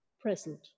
present